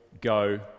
go